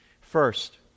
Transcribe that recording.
First